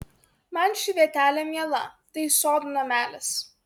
man ši vietelė miela tai sodo namelis